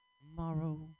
tomorrow